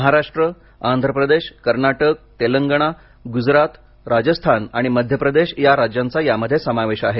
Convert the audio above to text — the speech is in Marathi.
महाराष्ट्र आंध्र प्रदेश कर्नाटक तेलंगणा गुजरात राजस्थान आणि मध्य प्रदेश या राज्यांचा यामधे समावेश आहे